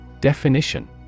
Definition